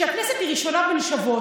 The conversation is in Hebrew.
שהכנסת היא ראשונה בין שוות,